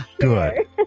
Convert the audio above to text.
good